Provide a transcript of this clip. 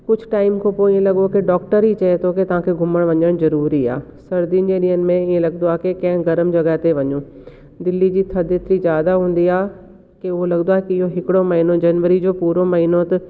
कुछ टाईम खां पोइ इहा लॻो की डॉक्टर ई चए थो कि तव्हांखे घुमणु वञणु ज़रूरी आ सर्दीनि जे टाईम में हीअं लॻदो आहे की कंहिं गर्मु जॻहियुनि ते वञूं दिल्ली जी थधि ज़्यादा हूंदी आहे की हुअं लॻंदो आहे की हिकिड़ो महीनो जनवरी जो पूरो महीनो त